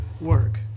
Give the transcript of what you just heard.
work